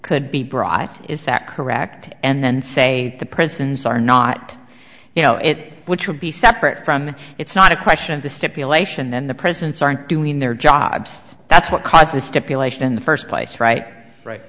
could be brought is that correct and say the prisons are not you know it which would be separate from it's not a question of the stipulation and the presence aren't doing their jobs that's what caused this stipulation in the first place right